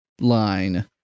line